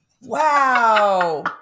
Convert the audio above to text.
Wow